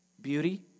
Beauty